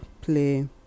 play